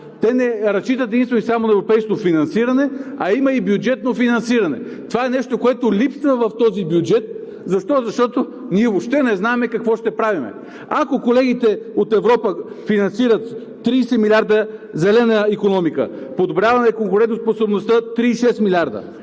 Те не разчитат единствено и само на европейското финансиране, а има и бюджетно финансиране. Това е нещо, което липсва в този бюджет. Защо? Защото ние въобще не знаем какво ще правим. Ако колегите от Европа финансират: 30 милиарда зелена икономика; подобряване конкурентоспособността – 36 милиарда;